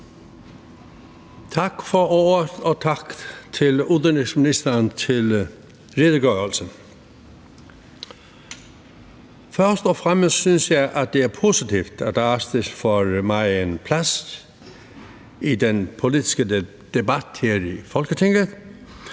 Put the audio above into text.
Tak for ordet, og tak til udenrigsministeren for redegørelsen. Først og fremmest synes jeg, at det er positivt, at Arktis får så megen plads i den politiske debat her i Folketinget.